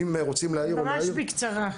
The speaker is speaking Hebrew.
אבל אם רוצים להבין --- ממש בקצרה.